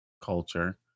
culture